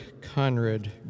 Conrad